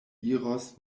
iros